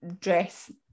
dress